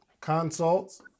consults